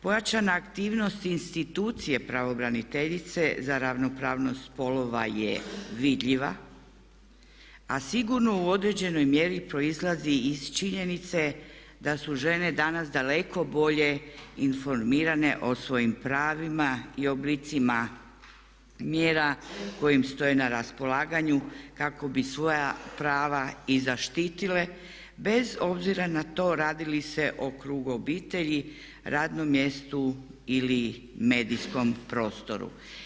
Pojačana aktivnost institucije pravobraniteljice za ravnopravnost spolova je vidljiva, a sigurno u određenoj mjeri proizlazi iz činjenice da su žene danas daleko bolje informirane o svojim pravima i oblicima mjera koje im stoje na raspolaganju kako bi svoja prava i zaštitile bez obzira na to radi li se o krugu obitelji, radnom mjestu ili medijskom prostoru.